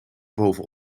boven